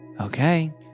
okay